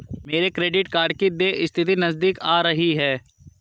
मेरे credit card की देय तिथि नज़दीक आ रही है